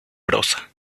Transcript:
prosa